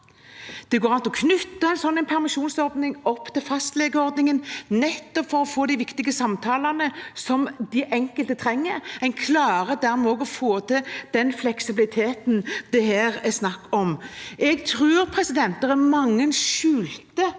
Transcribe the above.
Det går an å knytte en sånn permisjonsordning til fastlegeordningen nettopp for å få de viktige samtalene som den enkelte trenger. En klarer dermed å få til den fleksibiliteten det er snakk om. Jeg tror det er mange skjulte